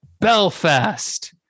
Belfast